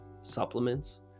supplements